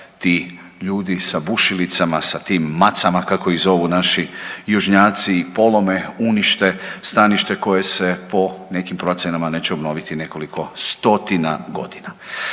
ti ljudi sa bušilicama, sa tim macama kako ih zovu naši južnjaci i polome i unište stanište koje se po nekim procjenama neće obnoviti nekoliko 100-tina godina.